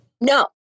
No